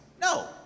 No